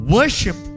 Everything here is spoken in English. Worship